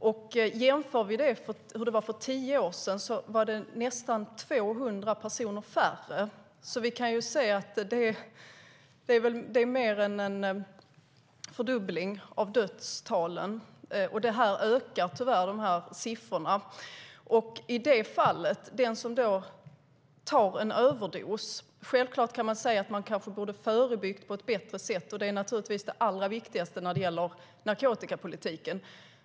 Om vi jämför det med hur det var för tio år sedan kan vi se att det var nästan 200 personer färre som dog. Vi kan alltså se att det är mer än en fördubbling av dödstalen, och dessa tal ökar tyvärr. När det gäller den som tar en överdos kan man självklart säga att man borde ha haft ett bättre förebyggande arbete, vilket naturligtvis är det allra viktigaste när det gäller narkotikapolitiken.